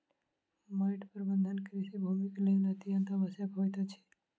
माइट प्रबंधन कृषि भूमिक लेल अत्यंत आवश्यक होइत अछि